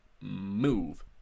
move